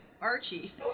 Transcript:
Archie